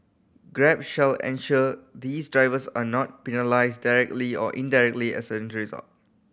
grab shall ensure these drivers are not penalised directly or indirectly as a